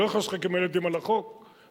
ואני לא יכול לשחק עם הילדים על החוק ולהגיד: